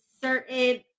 certain